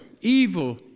evil